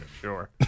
Sure